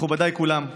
מכובדיי כולם,